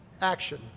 action